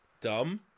Dumb